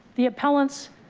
the appellants.